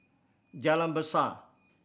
Jalan Besar